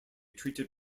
treated